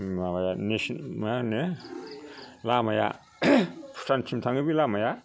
माबाया मा होनो लामाया भुटानसिम थाङो बे लामाया